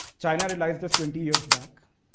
china realized this twenty years back,